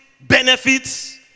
benefits